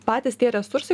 patys tie resursai